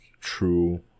true